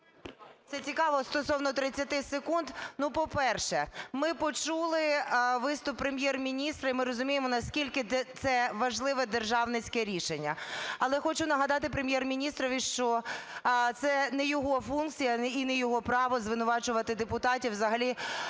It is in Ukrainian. Це цікаво, стосовно 30 секунд. Ну, по-перше, ми почули виступ Прем’єр-міністра, і ми розуміємо, наскільки це важливе державницьке рішення. Але хочу нагадати Прем’єр-міністрові, що це не його функція і не його право звинувачувати депутатів взагалі